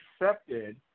accepted